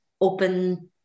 open